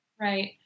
Right